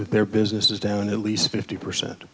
that their business is down at least fifty percent